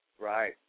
Right